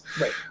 Right